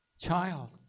child